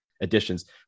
Additions